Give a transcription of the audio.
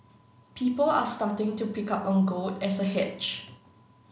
people are starting to pick up on gold as a hedge